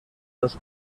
los